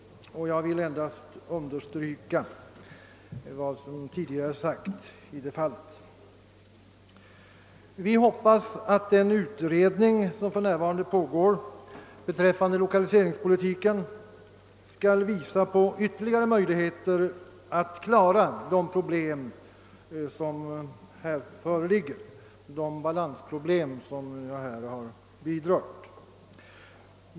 Vi hoppas att den utredning som för närvarande pågår beträffande lokaliseringspolitiken skall visa på ytterligare möjligheter att klara de balansproblem som jag här vidrört.